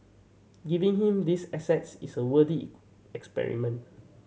giving him these assets is a experiment